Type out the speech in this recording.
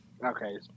Okay